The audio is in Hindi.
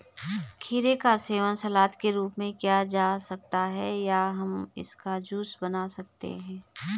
खीरे का सेवन सलाद के रूप में किया जा सकता है या हम इसका जूस बना सकते हैं